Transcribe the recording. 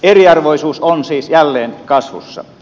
eriarvoisuus on siis jälleen kasvussa